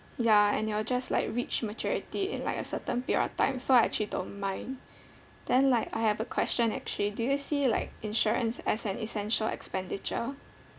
ya and it'll just like reach maturity in like a certain period of time so I actually don't mind then like I have a question actually do you see like insurance as an essential expenditure